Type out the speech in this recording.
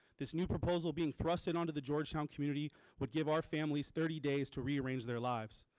this new proposal being thrusted onto the georgetown community would give our families thirty days to rearrange their lives.